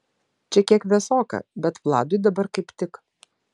čia kiek vėsoka bet vladui dabar kaip tik